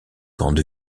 grande